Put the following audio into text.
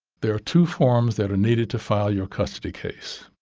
there are two forms that are needed to file your custody case.